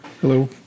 Hello